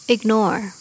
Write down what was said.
Ignore